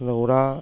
ওরা